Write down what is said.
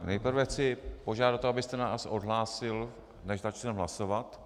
Nejprve chci požádat o to, abyste nás odhlásil, než začneme hlasovat.